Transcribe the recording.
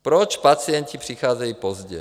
Proč pacienti přicházejí pozdě?